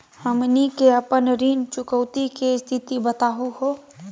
हमनी के अपन ऋण चुकौती के स्थिति बताहु हो?